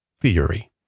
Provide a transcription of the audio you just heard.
theory